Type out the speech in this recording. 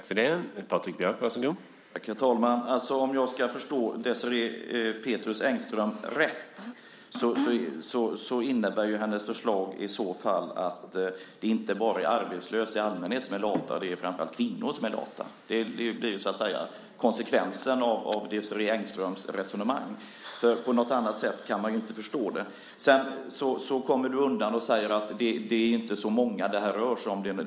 Herr talman! Om jag förstår Désirée Pethrus Engström rätt innebär hennes förslag i så fall att det inte bara är arbetslösa i allmänhet som är lata utan att framför allt kvinnor är lata. Det blir konsekvensen av Désirée Engströms resonemang. På något annat sätt kan man inte förstå det. Du kommer undan med att säga att det inte rör sig om så många.